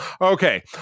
okay